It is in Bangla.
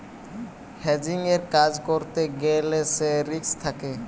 হেজিংয়ের কাজ করতে গ্যালে সে রিস্ক থাকে